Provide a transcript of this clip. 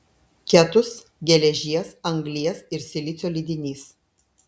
ketus geležies anglies ir silicio lydinys